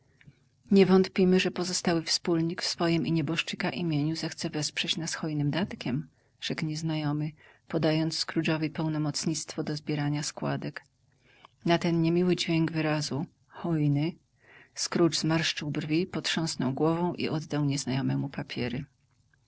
wątpimy że pozostały wspólnik w swojem i nieboszczyka imieniu zechce wesprzeć nas hojnym datkiem rzekł nieznajomy podając scrooge'owi pełnomocnictwo do zbierania składek na ten niemiły dźwięk wyrazu hojny scrooge zmarszczył brwi potrząsnął głową i oddał nieznajomemu papiery